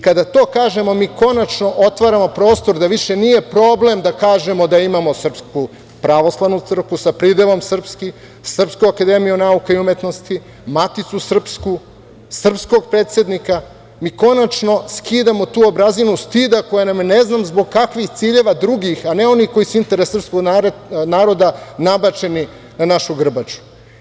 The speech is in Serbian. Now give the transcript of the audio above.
Kada to kažemo, mi konačno otvaramo prostor da više nije problem da kažemo da imamo Srpsku pravoslavnu crkvu, sa pridevom "srpski", Srpsku akademiju nauka i umetnosti, Maticu srpsku, srpskog predsednika i konačno skidamo tu obrazinu stida koja nam je ne znam zbog kakvih drugih ciljeva a ne onih koji su interes srpskog naroda nabačena na našu grbaču.